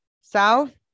South